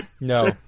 No